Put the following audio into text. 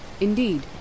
Indeed